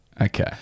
okay